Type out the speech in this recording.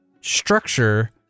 structure